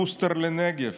הבוסטר לנגב,